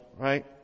right